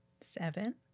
seven